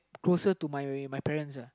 closer to my my parents uh